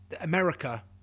America